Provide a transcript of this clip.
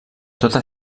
tota